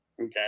Okay